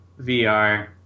VR